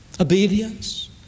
obedience